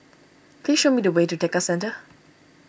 please show me the way to Tekka Centre